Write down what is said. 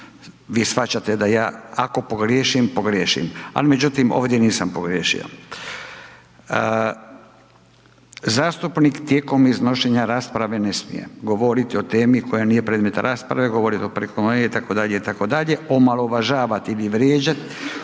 vi shvaćate da ja, ako pogriješim, pogriješim, ali međutim, ovdje nisam pogriješio. Zastupnik tijekom iznošenja rasprave ne smije govoriti o temi koja nije predmet rasprave, govoriti o .../Govornik se ne razumije./... itd., itd., omalovažavati ili vrijeđati